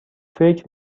فکر